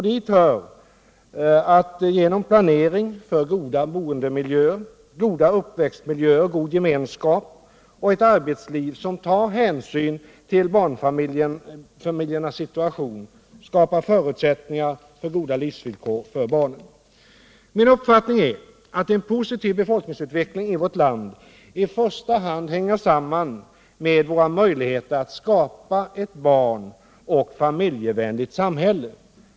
Dit hör att genom planering för goda boendemiljöer, goda uppväxtmiljöer, god gemenskap och ett arbetsliv som tar hänsyn till barnfamiljernas situation skapa förutsättningar för goda livsvillkor för barnen. Min uppfattning är att en positiv befolkningsutveckling i vårt land i första hand hänger samman med våra möjligheter att skapa ett barnoch familjevänligt samhälle.